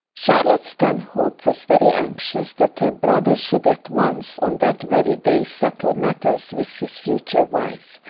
charlotte stanhope was very anxious that her brother should at once on that very day settle matters with his future wife.